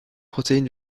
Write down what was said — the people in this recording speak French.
protéines